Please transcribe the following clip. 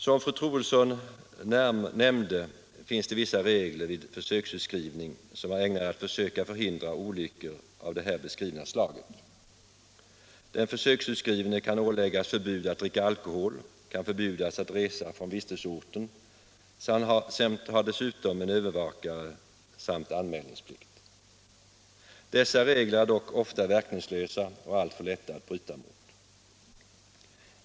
Som fru Troedsson nämnde finns det vissa regler för försöksutskrivning, vilka är ämnade att hindra olyckor av det här beskrivna slaget. Den försöksutskrivne kan åläggas förbud att dricka alkohol, kan förbjudas att resa från vistelseorten och har dessutom en övervakare samt anmälningsplikt. Dessa regler är dock ofta verkningslösa, lätta att bryta mot.